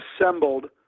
assembled